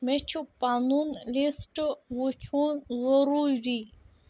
مےٚ چھُ پنُن لِسٹ وٕچھُن ضٔروٗری